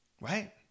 right